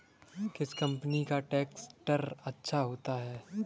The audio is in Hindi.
किस कंपनी का ट्रैक्टर अच्छा होता है?